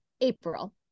april